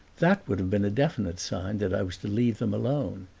that would have been a definite sign that i was to leave them alone.